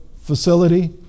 Facility